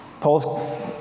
Paul's